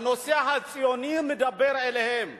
שהנושא הציוני מדבר אליהם.